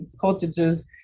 cottages